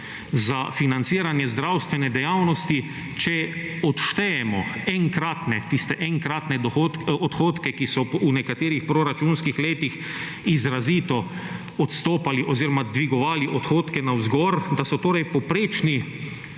za financiranje zdravstvene dejavnosti, če odštejemo enkratne, tiste enkratne odhodke, ki so v nekaterih proračunskih letih izrazito odstopali oziroma dvigovali odhodke navzgor, da so torej povprečni